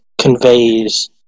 conveys